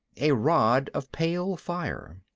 a rod of pale fire.